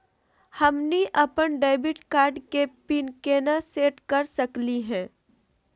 हमनी अपन debit card के पीन केना सेट कर सकली हे?